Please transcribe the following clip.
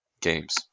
games